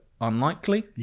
unlikely